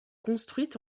construite